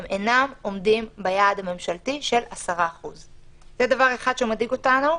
הם אינם עומדים ביעד הממשלתי של 10%. זה דבר אחד שמדאיג אותנו.